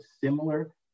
similar